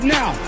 now